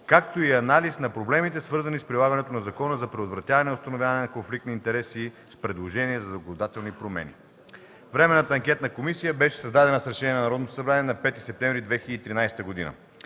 както и анализ на проблемите, свързани с прилагането на Закона за предотвратяване и установяване на конфликт на интереси с предложения за законодателни промени Временна анкетна комисия беше създадена с Решение на Народното събрание от 5 септември 2013 г.